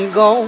go